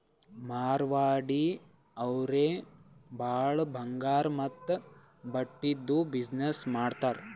ಮಾರ್ವಾಡಿ ಅವ್ರೆ ಭಾಳ ಬಂಗಾರ್ ಮತ್ತ ಬಟ್ಟಿದು ಬಿಸಿನ್ನೆಸ್ ಮಾಡ್ತಾರ್